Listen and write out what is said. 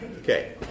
Okay